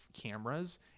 cameras